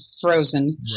Frozen